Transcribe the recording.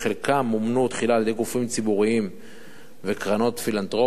מומנו תחילה על-ידי גופים ציבוריים וקרנות פילנתרופיות,